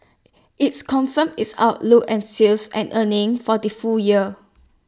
it's confirmed its outlook and sales and earnings for the full year